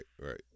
right